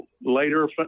later